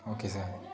okay sir